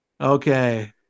Okay